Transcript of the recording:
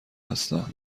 هستم